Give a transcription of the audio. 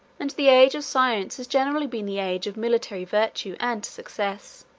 and the age of science has generally been the age of military virtue and success.